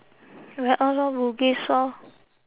lor bugis orh